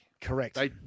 Correct